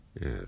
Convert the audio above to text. Yes